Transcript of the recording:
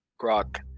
Grok